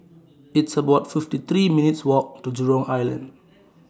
It's about fifty three minutes' Walk to Jurong Island